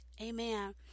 Amen